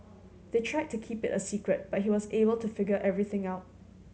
they tried to keep it a secret but he was able to figure everything out